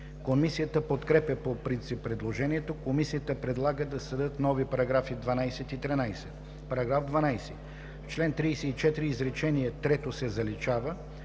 Комисията подкрепя по принцип предложението. Комисията предлага да се създадат нови параграфи 12 и 13: „§ 12. В чл. 34 изречение трето се заличава.